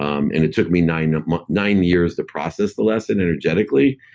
um and it took me nine um ah nine years to process the lesson energetically,